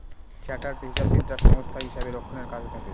chartered হিসাববিদরা সংস্থায় হিসাব রক্ষণের কাজে থাকে